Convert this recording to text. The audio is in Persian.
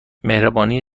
مهربانی